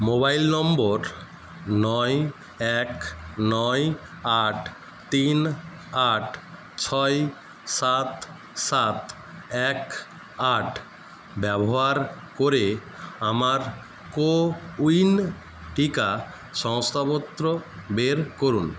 mobile নম্বর নয় এক নয় আট তিন আট ছয় সাত সাত এক আট ব্যবহার করে আমার কো উইন টিকা সংস্থাপত্র বের করুন